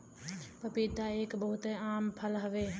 पपीता एक बहुत आम फल हौ